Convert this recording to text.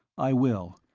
i will.